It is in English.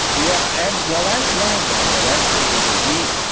yeah. and well, that's one of them. but actually the wheat,